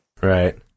Right